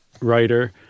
writer